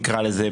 נקרא לזה,